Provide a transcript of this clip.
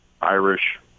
Irish